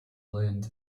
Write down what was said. learned